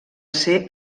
ser